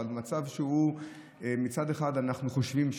אבל מצב שבו מצד אחד אנחנו חושבים,